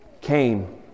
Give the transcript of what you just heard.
came